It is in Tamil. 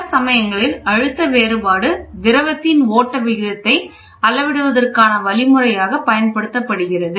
பல சமயங்களில் அழுத்த வேறுபாடு திரவத்தின் ஓட்ட விகிதத்தை அளவிடுவதற்கானவழிமுறையாகப் பயன்படுத்தப்படுகிறது